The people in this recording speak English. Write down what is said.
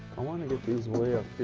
i want to get these way up